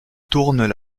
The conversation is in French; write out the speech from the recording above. tournent